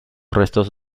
restos